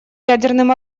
ядерным